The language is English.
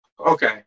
okay